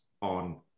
on